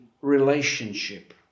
relationship